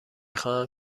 خواهم